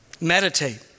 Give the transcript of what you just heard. meditate